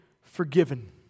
forgiven